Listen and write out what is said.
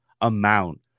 amount